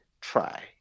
try